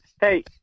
Hey